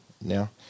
Now